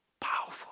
Powerful